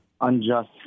unjust